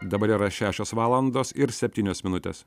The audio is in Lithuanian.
dabar yra šešios valandos ir septynios minutės